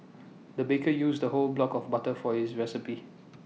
the baker used A whole block of butter for this recipe